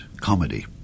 comedy